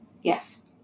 Yes